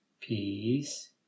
Peace